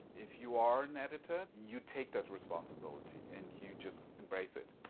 if you are an editor, you take that responsibility and you just embrace it.